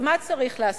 אז מה צריך לעשות?